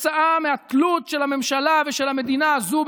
כתוצאה מהתלות של הממשלה ושל המדינה הזו,